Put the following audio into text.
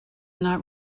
not